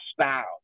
style